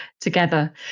together